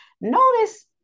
notice